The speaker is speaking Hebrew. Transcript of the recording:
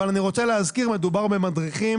אני רוצה להזכיר, מדובר במדריכים,